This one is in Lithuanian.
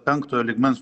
penktojo lygmens